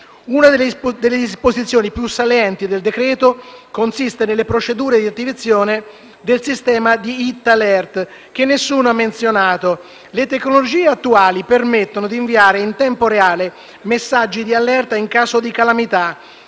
Una delle disposizioni più salienti del decreto consiste nelle procedure di attivazione del sistema di IT-*alert,* che nessuno ha menzionato. Le tecnologie attuali permettono di inviare in tempo reale messaggi di allerta in caso di calamità.